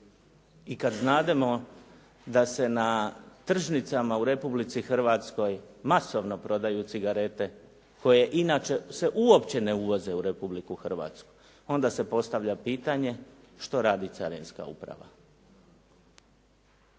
I kada znademo da se na tržnicama u Republici Hrvatskoj masovno prodaju cigarete, koje inače se uopće ne uvoze u Republiku Hrvatsku, onda se postavlja pitanje. Što radi Carinska uprava?